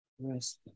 rest